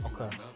Okay